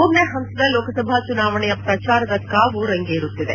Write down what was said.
ಮೂರನೇ ಹಂತದ ಲೋಕಸಭಾ ಚುನಾವಣೆಯ ಪ್ರಚಾರದ ಕಾವು ರಂಗೇರುತ್ತಿದೆ